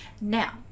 now